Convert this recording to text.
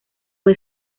fue